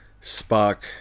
Spock